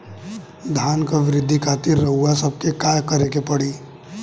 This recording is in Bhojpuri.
धान क वृद्धि खातिर रउआ सबके का करे के पड़ी?